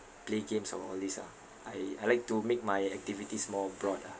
play games or all these ah I I like to make my activities more broad ah